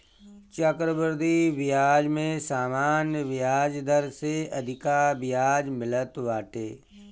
चक्रवृद्धि बियाज में सामान्य बियाज दर से अधिका बियाज मिलत बाटे